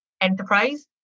enterprise